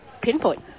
Pinpoint